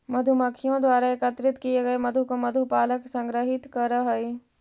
मधुमक्खियों द्वारा एकत्रित किए गए मधु को मधु पालक संग्रहित करअ हई